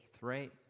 right